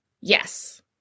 yes